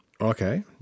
Okay